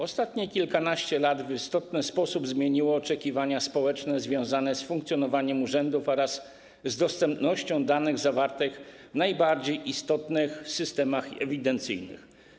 Ostatnie kilkanaście lat w istotny sposób zmieniło oczekiwania społeczne związane z funkcjonowaniem urzędów oraz z dostępnością danych zawartych w najbardziej istotnych systemach ewidencyjnych.